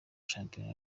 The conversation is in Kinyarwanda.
shampiyona